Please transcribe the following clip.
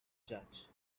judge